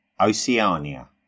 Oceania